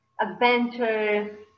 adventure